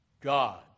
God